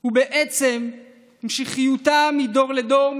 הוא בעצם המשכיותה מדור לדור,